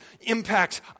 impacts